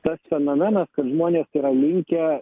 tas fenomenas kad žmonės yra likę